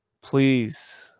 please